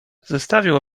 zostawił